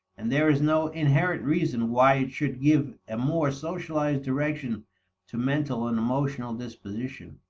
and there is no inherent reason why it should give a more socialized direction to mental and emotional disposition.